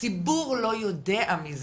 הציבור לא יודע מזה,